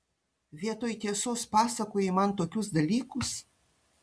vietoj tiesos pasakoji man tokius dalykus